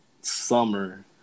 summer